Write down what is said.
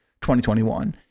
2021